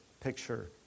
picture